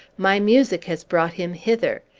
my music has brought him hither.